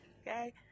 okay